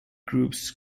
groups